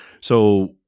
so-